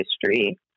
history